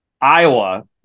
Iowa